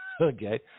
Okay